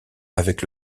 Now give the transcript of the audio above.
avec